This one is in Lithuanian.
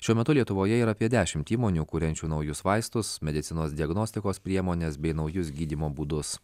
šiuo metu lietuvoje yra apie dešimt įmonių kuriančių naujus vaistus medicinos diagnostikos priemones bei naujus gydymo būdus